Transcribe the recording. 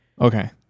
Okay